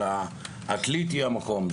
אבל עתלית היא המקום.